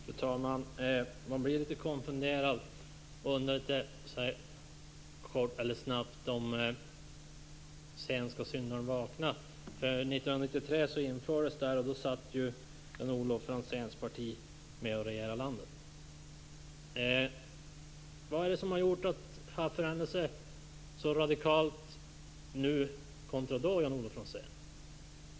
Fru talman! Man blir litet konfunderad och tänker: Sent skall syndarn vakna. Det här infördes år 1993, och då satt Jan-Olof Franzéns parti med och regerade landet. Vad är det som har förändrats så radikalt från 1993 till nu, Jan-Olof Franzén?